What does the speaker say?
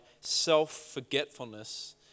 self-forgetfulness